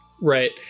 right